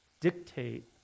dictate